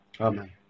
Amen